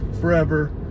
forever